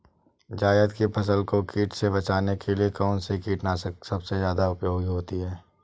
जायद की फसल को कीट से बचाने के लिए कौन से कीटनाशक सबसे ज्यादा उपयोगी होती है?